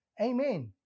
Amen